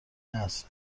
اصل